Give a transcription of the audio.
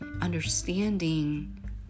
understanding